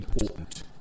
important